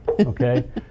okay